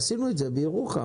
עשינו את זה בירוחם,